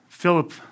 Philip